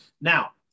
Now